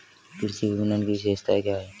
कृषि विपणन की विशेषताएं क्या हैं?